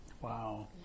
Wow